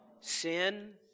sin